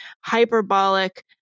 hyperbolic